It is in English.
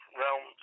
realm